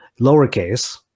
lowercase